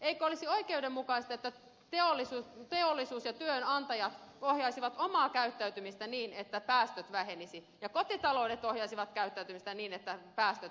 eikö olisi oikeudenmukaista että teollisuus ja työnantajat ohjaisivat omaa käyttäytymistään niin että päästöt vähenisivät ja kotitaloudet ohjaisivat käyttäytymistään niin että päästöt vähenisivät